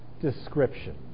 description